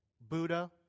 Buddha